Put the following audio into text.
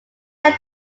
led